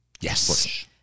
Yes